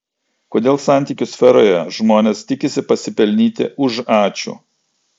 kodėl santykių sferoje žmonės tikisi pasipelnyti už ačiū